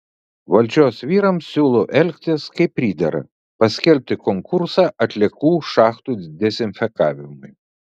valdžios vyrams siūlau elgtis kaip pridera paskelbti konkursą atliekų šachtų dezinfekavimui